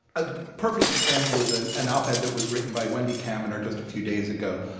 a perfect example is an an op-ed that was written by wendy kaminer just a few days ago,